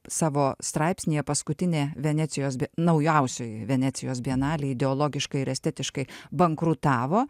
savo straipsnyje paskutinė venecijos naujausioji venecijos bienalė ideologiškai ir estetiškai bankrutavo